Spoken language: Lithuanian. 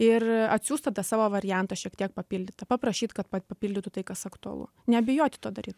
ir atsiųst tada savo variantą šiek tiek papildytą paprašyt kad papildytų tai kas aktualu nebijoti to daryt